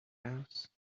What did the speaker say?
house